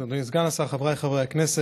אדוני סגן השר, חבריי חברי הכנסת,